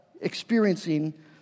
experiencing